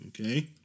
Okay